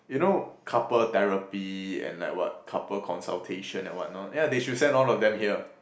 you know couple therapy and like what couple consultation and what not yeah they should send all of them here